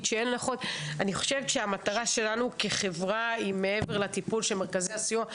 אני חושבת שהמטרה שלנו כחברה היא מעבר לטיפול של מרכזי הסיוע,